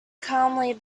calmly